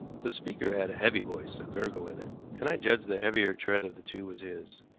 the speaker had a heavy voice, a gurgle in it, and i judged the heavier tread of the two was his.